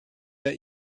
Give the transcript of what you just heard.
der